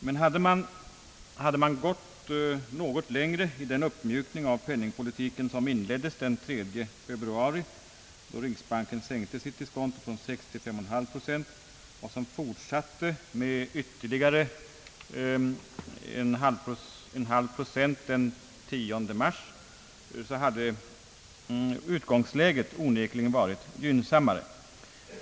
Men hade man gått något längre i den uppmjukning av penningpolitiken, som inleddes den 3 februari, då riksbanken sänkte diskontot från 6 till 51/2 procent, och som fortsatte med ytterligare en halv procent den 10 mars, hade utgångsläget onekligen varit gynnsammare.